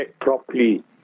properly